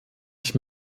ich